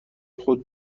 خود